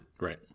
Right